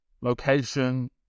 location